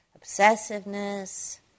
obsessiveness